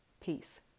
Peace